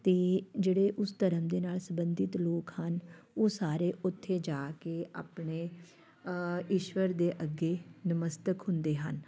ਅਤੇ ਜਿਹੜੇ ਉਸ ਧਰਮ ਦੇ ਨਾਲ ਸੰਬੰਧਿਤ ਲੋਕ ਹਨ ਉਹ ਸਾਰੇ ਉੱਥੇ ਜਾ ਕੇ ਆਪਣੇ ਈਸ਼ਵਰ ਦੇ ਅੱਗੇ ਨਮਸਤਕ ਹੁੰਦੇ ਹਨ